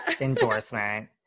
endorsement